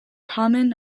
common